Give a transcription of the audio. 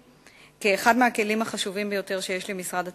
כאחד הכלים החשובים ביותר שיש למשרד התמ"ת,